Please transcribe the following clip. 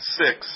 six